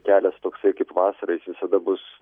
kelias toksai kaip vasarą jis visada bus